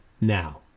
now